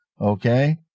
Okay